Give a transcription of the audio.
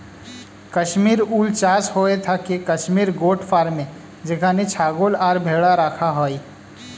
Kashmir wool চাষ হয়ে থাকে কাশ্মীর গোট ফার্মে যেখানে ছাগল আর ভেড়া রাখা হয়